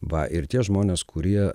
va ir tie žmonės kurie